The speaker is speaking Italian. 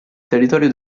territorio